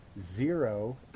zero